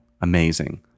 amazing